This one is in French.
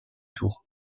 tour